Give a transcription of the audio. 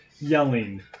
Yelling